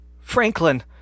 Franklin